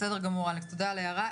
בסדר גמור, אלכס, תודה על ההערה.